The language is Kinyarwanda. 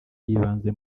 y’ibanze